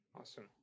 Awesome